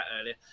earlier